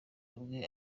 bwe